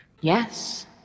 yes